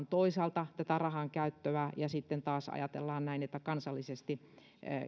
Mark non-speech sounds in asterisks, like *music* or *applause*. *unintelligible* toisaalta valvotaan tätä rahankäyttöä ja sitten taas ajatellaan näin että kansallisesti